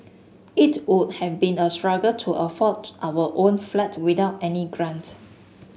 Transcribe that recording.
it would have been a struggle to afford our own flat without any grant